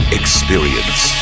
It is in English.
experience